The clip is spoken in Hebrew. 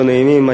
לא נעימים,